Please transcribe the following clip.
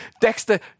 Dexter